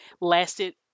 lasted